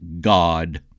God